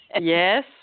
Yes